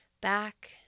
back